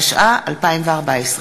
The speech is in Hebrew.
התשע"ה 2014,